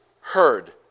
heard